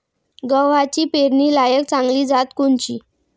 गव्हाची पेरनीलायक चांगली जात कोनची?